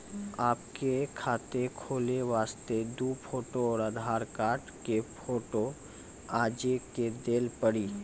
आपके खाते खोले वास्ते दु फोटो और आधार कार्ड के फोटो आजे के देल पड़ी?